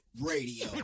Radio